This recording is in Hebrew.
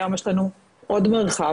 היום יש לנו עוד מרחב